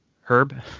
Herb